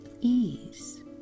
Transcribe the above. ease